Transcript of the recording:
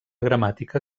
gramàtica